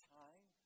time